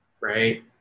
right